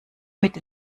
mit